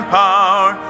power